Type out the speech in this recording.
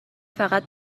فقط